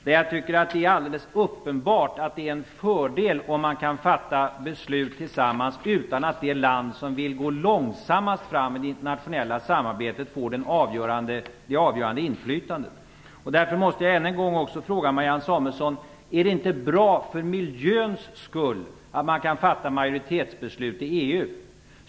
Det är uppenbart att det är en fördel om man kan fatta beslut tillsammans utan att det land som vill gå långsammast fram med det internationella samarbetet får det avgörande inflytandet. Jag måste därför än en gång fråga Marianne Samuelsson: Är det inte bra för miljöns skull att man kan fatta majoritetsbeslut i EU?